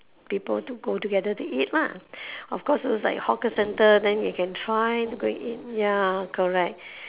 people to go together to eat lah of course those like hawker centre then you can try to go and eat ya correct